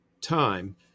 time